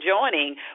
joining